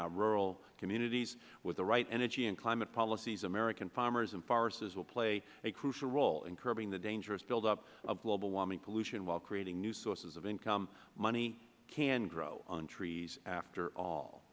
our rural communities with the right energy and climate policies american farmers and foresters will play a crucial role in curbing the dangerous build up of global warming pollution while creating new sources of income money can grow on trees after all